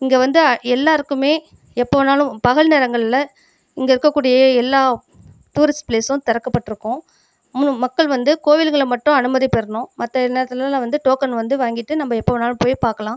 இங்கே வந்து எல்லாருக்குமே எப்போது வேணாலும் பகல் நேரங்களில் இங்கே இருக்கக்கூடிய எல்லா டூரிஸ்ட் ப்ளேஸும் திறக்கப்பட்டு இருக்கும் மூணு மக்கள் வந்து கோவில்களில் மட்டும் அனுமதி பெறணும் மற்ற நேரத்துலலாம் வந்து டோக்கன் வந்து வாங்கிட்டு நம்ப எப்போ வேணாலும் போய் பார்க்கலாம்